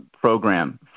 program